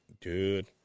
dude